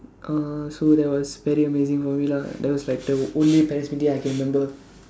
uh so that was very amazing for me lah that was like the only parents meeting I can remember